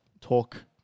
talk